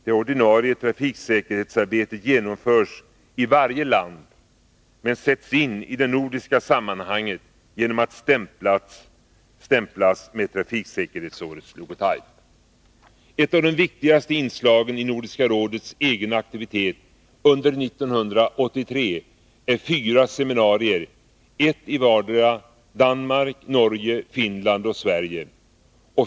Det ordinarie trafiksäkerhetsarbetet genomförs i varje land, men sätts in i det nordiska sammanhanget genom att ”stämplas” med trafiksäkerhetsårets logotype. Ett av de viktigaste inslagen i Nordiska rådets egen aktivitet under 1983 är fyra seminarier, ett i vartdera Danmark, Norge, Finland och Sverige.